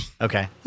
Okay